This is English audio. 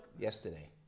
Yesterday